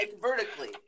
vertically